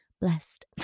blessed